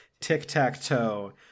tic-tac-toe